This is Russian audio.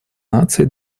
наций